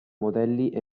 modelli